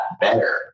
better